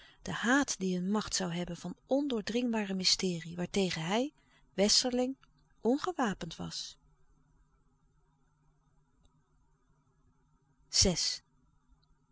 de haat die een macht zoû hebben van ondoordringbaar mysterie waartegen hij westerling ongewapend was